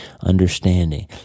understanding